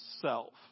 Self